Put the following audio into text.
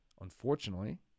Unfortunately